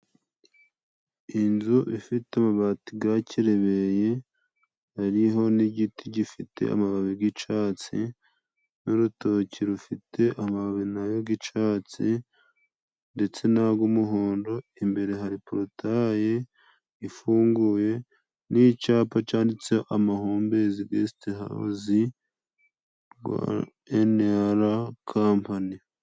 Inzu ifite ububati bwakerebeye, hariho n'igiti gifite amababi g'icatsi n'urutoki rufite amababi nayo g'icatsi, ndetse nag'umuhondo, imbere hari porotaye ifunguye, n'icapa cyanditseho amahumbezi gesitihawuzi rwa eni ara kampani.